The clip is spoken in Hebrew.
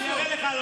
אני אראה לך,